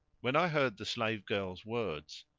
when i heard the slave girl's words,